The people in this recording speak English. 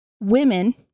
women